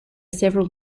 several